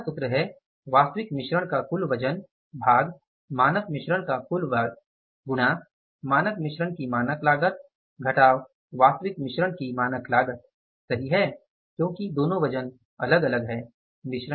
तीसरा सूत्र है वास्तविक मिश्रण का कुल वजन भाग मानक मिश्रण का कुल वजन गुणा मानक मिश्रण की मानक लागत वास्तविक मिश्रण की मानक लागत सही है क्योंकि दोनों वज़न अलग हैं